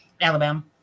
Alabama